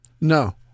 no